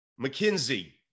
McKinsey